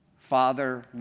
Father